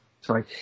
Sorry